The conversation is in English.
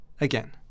Again